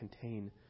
contain